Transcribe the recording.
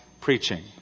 preaching